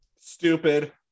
Stupid